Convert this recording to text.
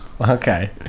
Okay